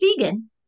vegan